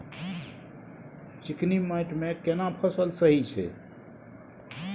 चिकनी माटी मे केना फसल सही छै?